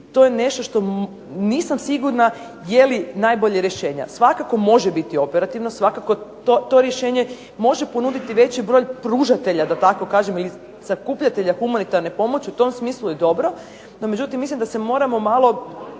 to je nešto što nisam sigurna je li najbolje rješenje. Svakako može biti operativno. Svakako to rješenje može ponuditi veći broj pružatelja da tako kažem ili sakupljatelja humanitarne pomoći u tom smislu je dobro. No međutim, mislim da se moramo malo